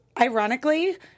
ironically